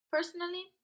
Personally